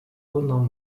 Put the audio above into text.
bundan